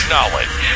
Knowledge